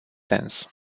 sens